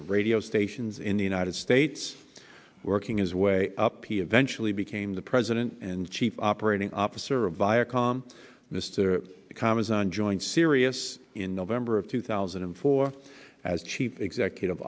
of radio stations in the united states working his way up he eventually became the president and chief operating officer of viacom mr commas and joined sirius in november of two thousand and four as chief executive